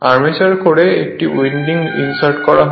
armature কোরে একটি winding insert করা হয়